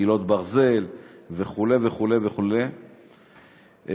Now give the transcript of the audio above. מסילות ברזל וכו' וכו' וכו',